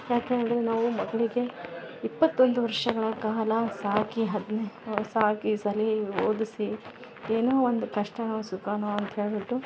ಯಾಕೆ ಅಂದರೆ ನಾವು ಮಗಳಿಗೆ ಇಪ್ಪತ್ತೊಂದು ವರ್ಷಗಳ ಕಾಲ ಸಾಕಿ ಅದ್ನೆ ಸಾಕಿ ಸಲಹಿ ಓದಿಸಿ ಏನೋ ಒಂದು ಕಷ್ಟವೋ ಸುಖವೋ ಅಂತ ಹೇಳಿಬಿಟ್ಟು